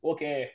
Okay